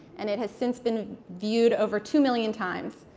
and it has since been viewed over two million times.